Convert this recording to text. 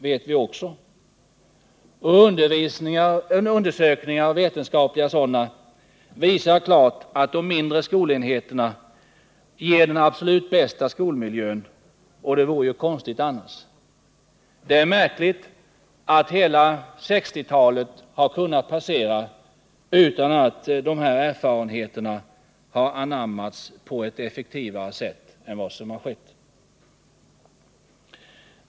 Vetenskapliga undersökningar visar klart att de mindre skolenheterna ger den absolut bästa skolmiljön, och det vore ju konstigt annars. Det är märkligt att hela 1960-talet har kunnat passera utan att dessa erfarenheter har anammats på ett effektivare sätt än som har skett trots påstötningar inte minst från centerhåll.